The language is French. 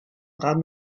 bras